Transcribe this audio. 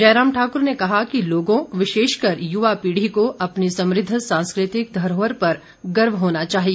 जयराम ठाकुर ने कहा कि लोगों विशेषकर युवा पीढ़ी को अपनी समृद्ध सांस्कृतिक धरोहर पर गर्व होना चाहिए